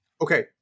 Okay